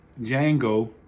Django